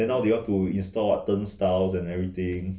then now they want to install what and everything